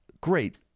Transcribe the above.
Great